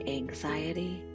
anxiety